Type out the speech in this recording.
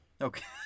Okay